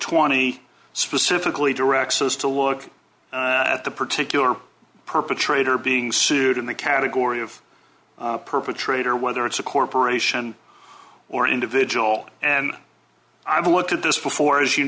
twenty specifically directs us to look at the particular perpetrator being sued in the category of perpetrator whether it's a corporation or an individual and i've looked at this before as you